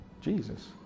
Jesus